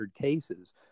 cases